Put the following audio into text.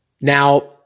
Now